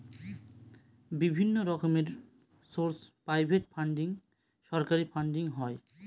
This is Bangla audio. বিভিন্ন রকমের সোর্স প্রাইভেট ফান্ডিং, সরকারি ফান্ডিং হয়